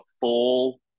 full